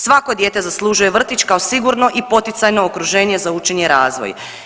Svako dijete zaslužuje vrtić kao sigurno i poticajno okruženje za učenje i razvoj.